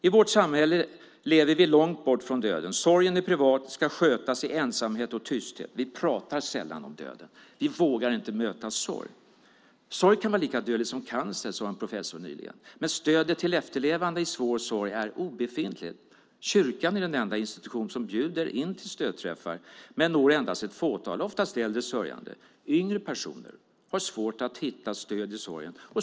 I vårt samhälle lever vi långt bort från döden. Sorgen är privat och ska skötas i ensamhet och tysthet. Vi pratar sällan om döden. Vi vågar inte möta sorg. Sorg kan vara lika dödligt som cancer, sade en professor nyligen. Men stödet till efterlevande i svår sorg är obefintligt. Kyrkan är den enda institution som bjuder in till stödträffar, men den når endast ett fåtal, oftast äldre sörjande. Yngre personer har svårt att hitta stöd i sorgen.